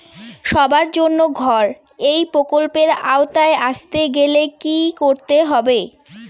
সবার জন্য ঘর এই প্রকল্পের আওতায় আসতে গেলে কি করতে হবে?